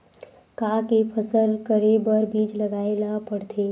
का के फसल करे बर बीज लगाए ला पड़थे?